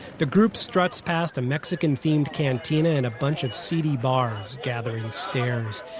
the group struts past a mexican-themed cantina and a bunch of seedy bars, gathering stares.